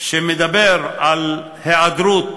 שמדבר על היעדרות